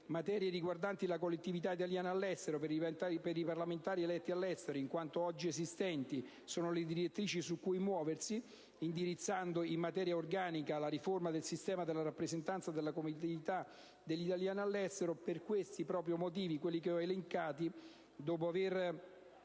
materie riguardanti la collettività italiana all'estero, per i parlamentari eletti all'estero - in quanto oggi esistenti - sono le direttrici su cui muoversi, indirizzando in maniera organica la riforma del sistema della rappresentanza delle collettività degli italiani all'estero. Per questi motivi, dopo aver